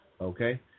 Okay